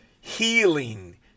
Healing